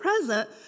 present